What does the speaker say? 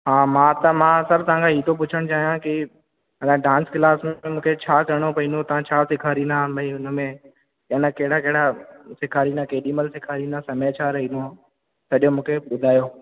हा मां त मां सर तव्हां खां ई थो पुछणु चाहियां की अलाए डांस क्लास में मूंखे छा करिणो पवंदो तव्हां छा सेखारींदा भई हुन में अलाए कहिड़ा कहिड़ा सेखारींदा केॾी महिल सेखारींदा समय छा रहंदो सॼो मूंखे ॿुधायो